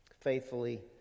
faithfully